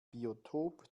biotop